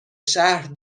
شهر